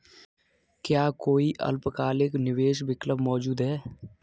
क्या कोई अल्पकालिक निवेश विकल्प मौजूद है?